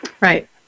Right